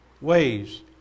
ways